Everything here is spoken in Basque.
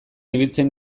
ibiltzen